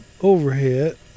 Overhead